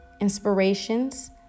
inspirations